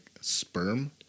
sperm